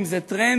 אם זה טרנדי,